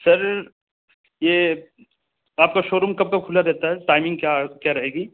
سر یہ آپ کا شو روم کب تک کھلا رہتا ہے ٹائمنگ کیا کیا رہے گی